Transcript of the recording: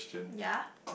ya